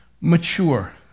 Mature